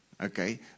Okay